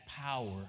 power